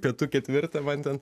pietų ketvirtą man ten